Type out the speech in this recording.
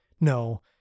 No